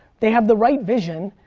they have the right vision.